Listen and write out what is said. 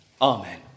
Amen